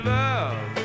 love